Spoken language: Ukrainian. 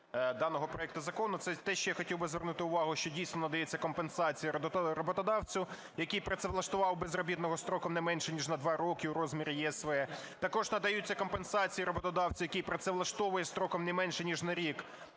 даного проекту закону. Це те, що я хотів би звернути, що, дійсно, надається компенсація роботодавцю, який працевлаштував безробітного строком не менше ніж на два роки, у розмірі ЄСВ. Також надаються компенсації роботодавцю, який працевлаштовує строком не менше ніж на рік,